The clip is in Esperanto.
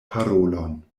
parolon